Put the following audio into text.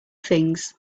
things